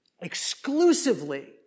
exclusively